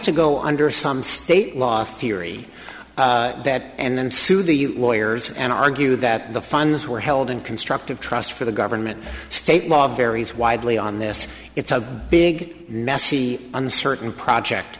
to go under some state law theory that and then sue the lawyers and argue that the funds were held in constructive trust for the government state law varies widely on this it's a big messy uncertain project